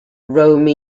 shrine